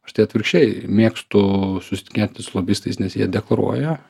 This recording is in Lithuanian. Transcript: aš tai atvirkščiai mėgstu susitikinėti su lobistais nes jie deklaruoja